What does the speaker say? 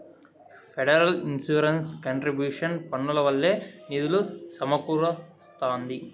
federal insurance contribution పన్నుల వల్లే నిధులు సమకూరస్తాంది